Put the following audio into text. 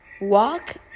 walk